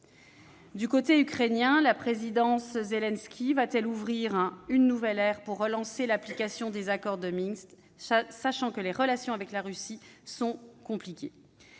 Du côté ukrainien, la présidence Zelensky va-t-elle ouvrir une nouvelle ère et relancer l'application des accords de Minsk, sachant que les relations avec la Russie sont compliquées ?